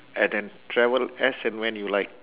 and then travel as and when you like